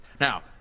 Now